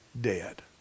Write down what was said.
dead